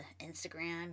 Instagram